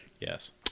Yes